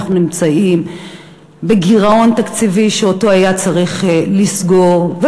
אנחנו נמצאים בגירעון תקציבי שצריך לסגור אותו,